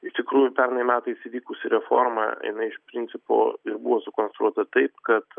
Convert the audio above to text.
iš tikrųjų pernai metais įvykusi reforma jinai iš principo ir buvo sukonstruota taip kad